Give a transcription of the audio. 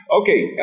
Okay